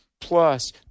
plus